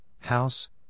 house